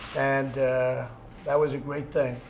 and that was a great thing.